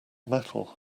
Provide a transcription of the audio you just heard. metal